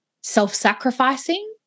self-sacrificing